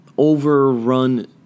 overrun